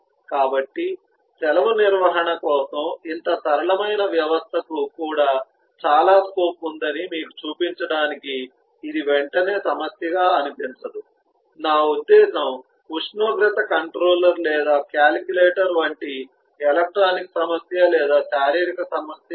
కాబట్టి సెలవు నిర్వహణ కోసం ఇంత సరళమైన వ్యవస్థకు కూడా చాలా స్కోప్ ఉందని మీకు చూపించడానికి ఇది వెంటనే సమస్యగా అనిపించదు నా ఉద్దేశ్యం ఉష్ణోగ్రత కంట్రోలర్ లేదా కాలిక్యులేటర్ వంటి ఎలక్ట్రానిక్ సమస్య లేదా శారీరక సమస్య కాదు